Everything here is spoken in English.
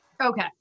Okay